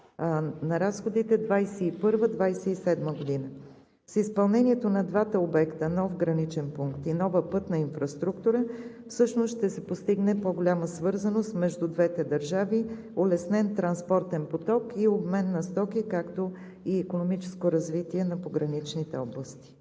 на разходите за 2021 – 2027 г. С изпълнението на двата обекта – нов граничен пункт и нова пътна инфраструктура, ще се постигне по-голяма свързаност между двете държави, улеснен транспортен поток и обмен на стоки, както и икономическо развитие на пограничните области.